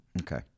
Okay